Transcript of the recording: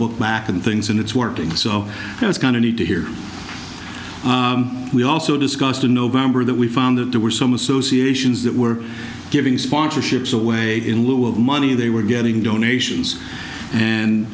book back and things in it's working so it's going to need to hear we also discussed in november that we found that there were some associations that were giving sponsorships away in lieu of money they were getting donations and